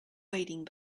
wading